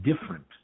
different